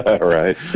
Right